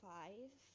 five